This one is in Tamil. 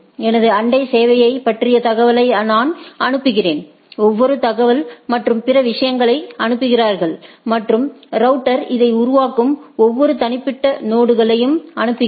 எனது அண்டை சேவையைப் பற்றிய தகவல்களை நான் அனுப்புகிறேன் எல்லோரும் தகவல் மற்றும் பிற விஷயங்களை அனுப்புகிறார்கள் மற்றும் ரவுட்டர் இதை உருவாக்கும் ஒவ்வொரு தனிப்பட்ட நொடுகளையும் அனுப்புகிறது